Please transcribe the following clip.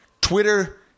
Twitter